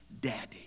daddy